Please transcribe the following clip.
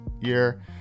year